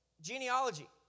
genealogy